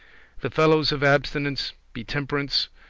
the fellows of abstinence be temperance,